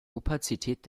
opazität